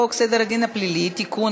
הצעת חוק סדר הדין הפלילי (תיקון,